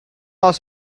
was